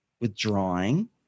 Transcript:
Withdrawing